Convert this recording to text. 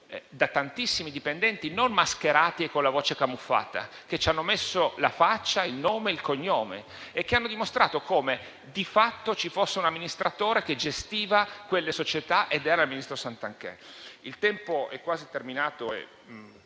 da tantissimi dipendenti, non mascherati e con la voce camuffata, ma che ci hanno messo la faccia, il nome e il cognome e hanno dimostrato come, di fatto, ci fosse un amministratore che gestiva quelle società, che era la Ministra Santanchè. Il tempo è quasi terminato,